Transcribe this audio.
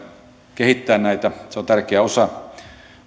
kehittää näitä se on tärkeä osa